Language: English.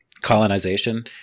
colonization